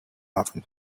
happened